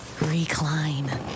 Recline